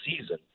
season